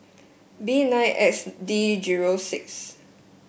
B nine X D zero six